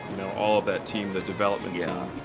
all of that team, the development yeah